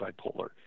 Bipolar